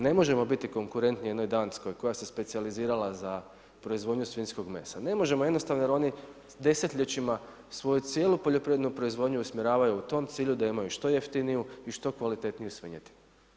Ne možemo biti konkurentni jednoj Danskoj koja se specijalizirala za proizvodnju svinjskog mesa, ne možemo jednostavno jer oni desetljećima svoju cijelu poljoprivrednu proizvodnju usmjeravaju u tom cilju da imaju što jeftiniju i što kvalitetniju svinjetinu.